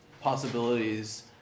possibilities